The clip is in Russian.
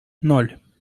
ноль